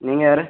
நீங்கள் யார்